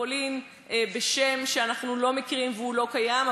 מטרופולין בשם שאנחנו לא מכירים והיא לא קיימת,